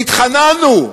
והתחננו,